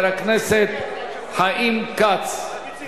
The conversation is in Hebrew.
רבותי,